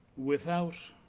without